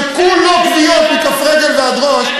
שכולו כוויות מכף רגל ועד ראש,